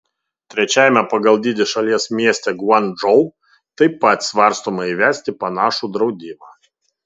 trečiajame pagal dydį šalies mieste guangdžou taip pat svarstoma įvesti panašų draudimą